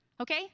okay